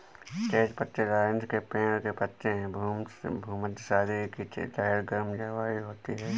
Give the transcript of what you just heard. तेज पत्ते लॉरेल के पेड़ के पत्ते हैं भूमध्यसागरीय की तरह गर्म जलवायु में होती है